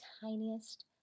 tiniest